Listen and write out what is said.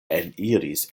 eniris